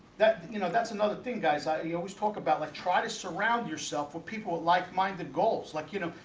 that you know that's another thing guys. i he always talked about like try to surround yourself where people would like minded goals like you know?